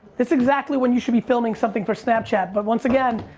that's exactly when you should be filming something for snapchat, but once again,